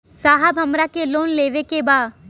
साहब हमरा के लोन लेवे के बा